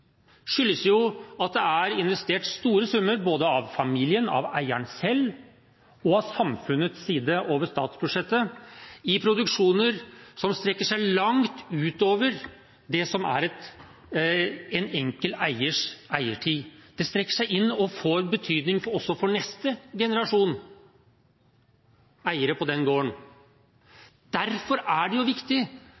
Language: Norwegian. skyldes at det er investert store summer både av familien, av eieren selv og av samfunnet over statsbudsjettet i produksjoner som strekker seg langt utover det som er en enkelt eiers eiertid. Det strekker seg videre og får betydning også for neste generasjon eiere på den gården.